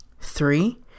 Three